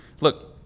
look